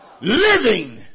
living